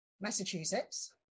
Massachusetts